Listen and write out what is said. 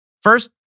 First